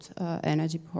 Energy